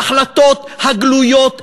ההחלטות הגלויות לעין,